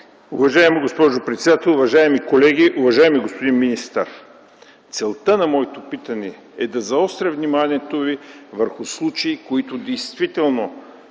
Уважаема госпожо председател, уважаеми колеги, уважаеми господин министър! Целта на моето питане е да заостря вниманието Ви върху случаи, на които